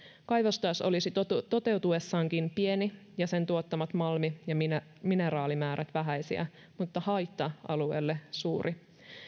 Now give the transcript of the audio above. kaivos taas olisi toteutuessaankin pieni ja sen tuottamat malmi ja mineraalimäärät vähäisiä mutta haitta alueelle suuri